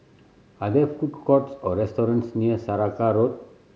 are there food courts or restaurants near Saraca Road